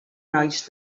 nois